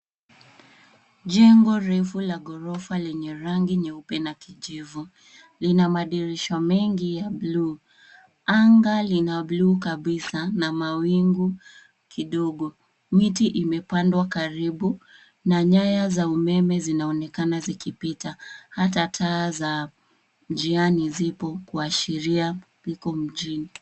Jengo refu la ghorofa lenye rangi nyeupe na kijivu. Lina madirisha mengi ya buluu. Anga lina buluu kabisa na mawingu kidogo. Miti imepandwa karibu na nyaya za umeme zinaonekana zikipita, hata taa za njiani zipo kuashiria kupiko mjini.